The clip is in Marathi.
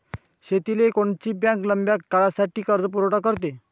शेतीले कोनची बँक लंब्या काळासाठी कर्जपुरवठा करते?